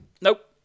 Nope